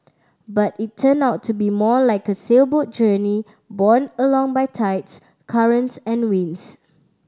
but it turned out to be more like a sailboat journey borne along by tides currents and winds